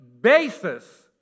basis